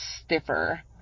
stiffer